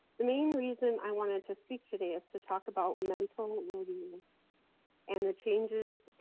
the main reason i wanted to speak today is to talk about mental well-being and the changes